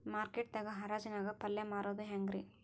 Market ದಾಗ್ ಹರಾಜ್ ನಾಗ್ ಪಲ್ಯ ಮಾರುದು ಹ್ಯಾಂಗ್ ರಿ?